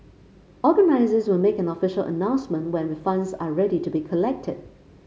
organisers will make an official announcement when refunds are ready to be collected